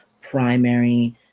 primary